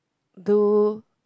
do